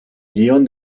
guion